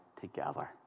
together